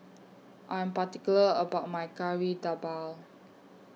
I Am particular about My Kari Debal